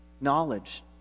knowledge